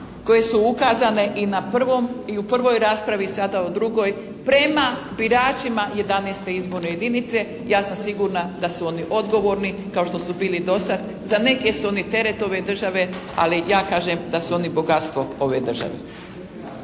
koje su ukazane i na prvom, i u prvoj rasprava i sada u drugoj, prema biračima XI. izborne jedinice, ja sam sigurna da su oni odgovorni kao što su bili do sada. Za neke su oni teret ove države, ali ja kažem da su oni bogatstvo ove države.